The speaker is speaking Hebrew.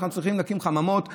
שאנחנו צריכים להקים חממות בגליל,